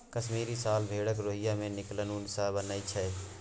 कश्मीरी साल भेड़क रोइयाँ सँ निकलल उन सँ बनय छै